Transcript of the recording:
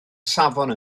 safon